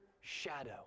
shadow